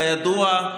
כידוע,